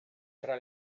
tra